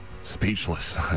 speechless